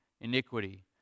iniquity